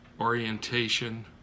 orientation